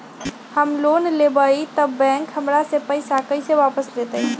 हम लोन लेलेबाई तब बैंक हमरा से पैसा कइसे वापिस लेतई?